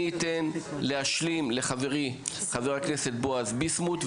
אני אתן להשלים לחברי חבר הכנסת בועז ביסמוט,